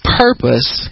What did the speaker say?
purpose